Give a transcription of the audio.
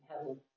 heaven